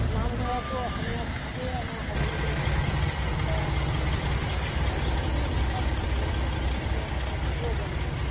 নামঘৰতো অসমীয়া ভাষাতেই আমাৰ সকলোবিলাক কৰা হয় আমাৰ সাংস্কৃতিক দিশত আমাৰ অসমীয়া ভাষাৰ বহু অৱদান আছে